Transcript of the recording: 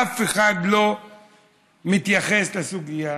אף אחד לא מתייחס לסוגיה.